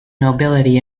nobility